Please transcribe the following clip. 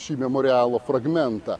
šį memorialo fragmentą